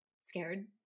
scared